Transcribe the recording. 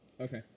okay